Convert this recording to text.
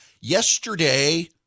Yesterday